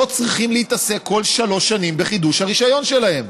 שלא צריכים להתעסק כל שלוש שנים בחידוש הרישיון שלהם.